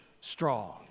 strong